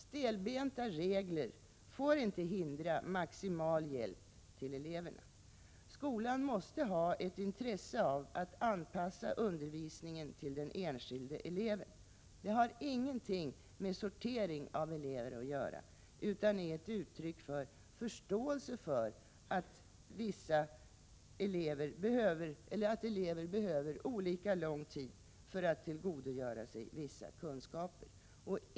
Stelbenta regler får inte hindra maximal hjälp till eleverna. Skolan måste ha ett intresse av att anpassa undervisningen till den enskilde eleven. Det har ingenting med sortering av elever att göra, utan är ett uttryck för förståelse för att elever behöver olika lång tid för att tillgodogöra sig vissa kunskaper.